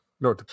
No